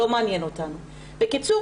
לא מעניין אותנו." בקיצור,